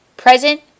present